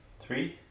Three